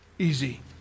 Easy